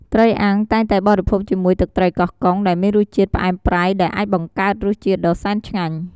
ត្រីអាំង តែងតែបរិភោគជាមួយទឹកត្រីកោះកុង ដែលមានរសជាតិផ្អែមប្រៃ ដែលអាចបង្កើតរសជាតិដ៏សែនឆ្ងាញ់។